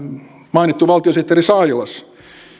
mainittu valtiosihteeri sailas